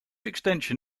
extension